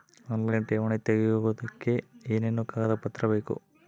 Online ಠೇವಣಿ ತೆಗಿಯೋದಕ್ಕೆ ಏನೇನು ಕಾಗದಪತ್ರ ಬೇಕು?